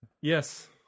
Yes